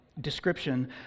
description